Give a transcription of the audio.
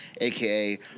aka